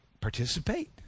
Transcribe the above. participate